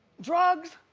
drugs?